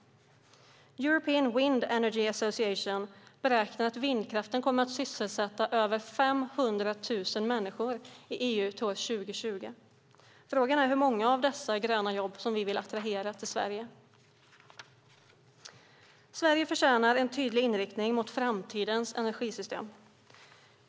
European Wind Energy Association beräknar att vindkraften kommer att sysselsätta över 500 000 människor i EU till år 2020. Frågan är hur många av dessa gröna jobb som vi vill attrahera till Sverige. Sverige förtjänar en tydlig inriktning mot framtidens energisystem.